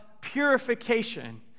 purification